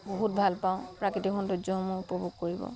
বহুত ভাল পাওঁ প্ৰাকৃতিক সৌন্দৰ্যসমূহ উপভোগ কৰিব